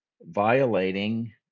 violating